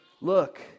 Look